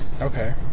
Okay